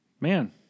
man